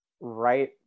right